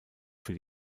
für